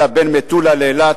אלא תשתרע בין מטולה לאילת,